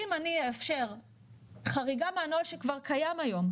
אם אני אאפשר חריגה מהנוהל שכבר קיים היום,